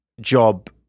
job